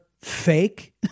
fake